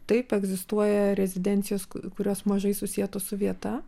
taip egzistuoja rezidencijos kurios mažai susietos su vieta